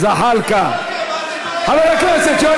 חבר הכנסת זחאלקה, חבר הכנסת יואל